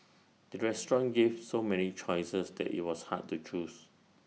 the restaurant gave so many choices that IT was hard to choose